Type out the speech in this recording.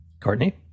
Courtney